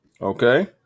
okay